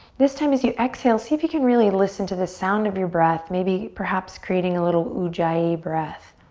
this time as you exhale, see if you can really listen to the sound of your breath. maybe, perhaps, creating a little ujjayi breath.